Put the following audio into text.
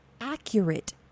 accurate